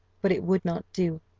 but it would not do.